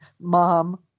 mom